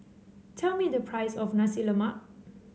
tell me the price of Nasi Lemak